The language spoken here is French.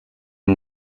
ils